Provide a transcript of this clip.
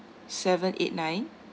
seven eight nine